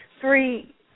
three